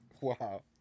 wow